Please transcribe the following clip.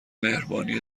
مهربانی